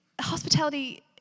Hospitality